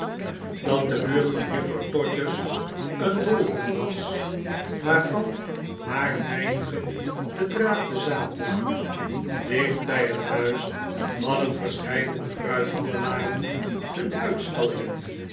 dat de buurt van juffrouw todgers een doplhof was waarvan maar weinigen den draad bezaten dicht bij het huis hadden verscheidene fruithandelaren hun uitstallingen